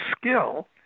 skill